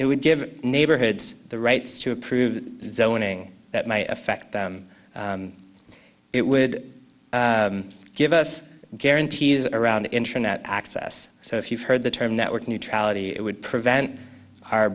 it would give neighborhoods the rights to approve zoning that may affect them it would give us guarantees around internet access so if you've heard the term network neutrality it would prevent